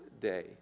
day